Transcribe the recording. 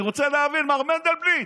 אני רוצה להבין, מר מנדלבליט,